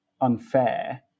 unfair